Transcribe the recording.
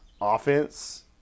offense